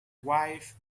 wife